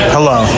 Hello